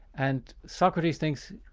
and socrates thinks,